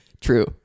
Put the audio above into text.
True